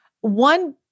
one